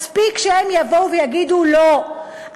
מספיק שהם יבואו ויגידו: לא,